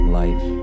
life